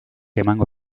emango